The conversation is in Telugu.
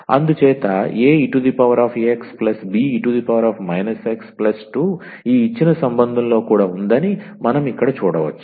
అందుచేత 𝑎𝑒𝑥 𝑏𝑒−𝑥 2 ఈ ఇచ్చిన సంబంధంలో కూడా ఉందని మనం ఇక్కడ చూడవచ్చు